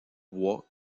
bois